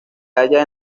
halla